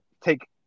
take